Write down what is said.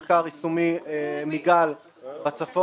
הפניות התקבלו.